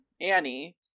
annie